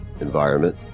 environment